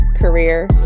career